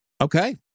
Okay